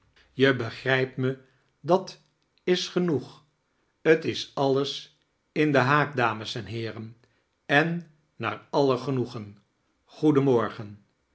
je begrijpt me dat is genoeg t is alles in den haak dames en heeren em naar aller genoegen